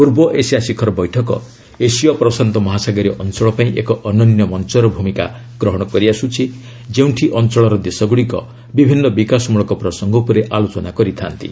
ପୂର୍ବ ଏସିଆ ଶିଖର ବୈଠକ ଏସୀୟ ପ୍ରଶାନ୍ତ ମହାସାଗରୀୟ ଅଞ୍ଚଳ ପାଇଁ ଏକ ଅନନ୍ୟ ମଞ୍ଚର ଭୂମିକା ଗ୍ରହଣ କରିଆସୁଛି ଯେଉଁଠି ଅଞ୍ଚଳର ଦେଶଗୁଡ଼ିକ ବିଭିନ୍ନ ବିକାଶମୂଳକ ପ୍ରସଙ୍ଗ ଉପରେ ଆଲୋଚନା କରିଥା'ନ୍ତି